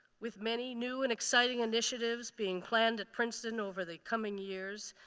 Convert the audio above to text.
with many new and exciting initiatives being planned at princeton over the coming years,